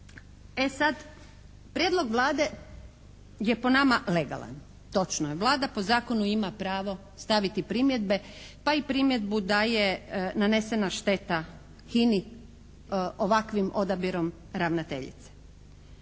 E sad prijedlog Vlade je po nama legalan. Točno je, Vlada po zakonu ima pravo staviti primjedbe pa i primjedbu da je nanesena šteta HINA-i ovakvim odabirom ravnateljice.